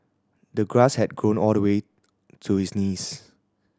the grass had grown all the way to his knees